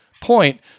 point